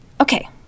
Okay